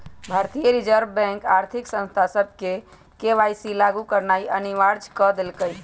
भारतीय reserve bank आर्थिक संस्था सभके के.वाई.सी लागु करनाइ अनिवार्ज क देलकइ